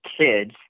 kids